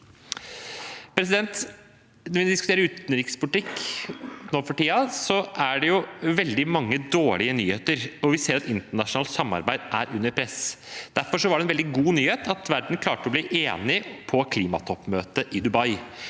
Når vi diskuterer utenrikspolitikk for tiden, er det veldig mange dårlige nyheter, og vi ser at internasjonalt samarbeid er under press. Derfor var det en veldig god nyhet at verden klarte å bli enig på klimatoppmøtet i Dubai.